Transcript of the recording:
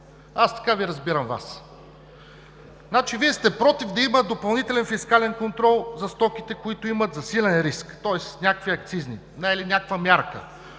за България“.) Значи Вие сте против да има допълнителен фискален контрол за стоките, които имат засилен риск, тоест някакви акцизни или някаква мярка.